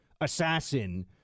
assassin